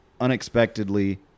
unexpectedly